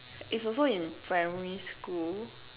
is also in primary school